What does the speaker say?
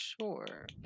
sure